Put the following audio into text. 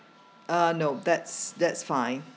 uh no that's that's fine